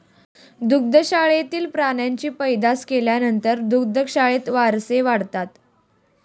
दुग्धशाळेतील प्राण्यांची पैदास केल्यानंतर दुग्धशाळेत वासरे वाढतात